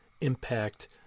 impact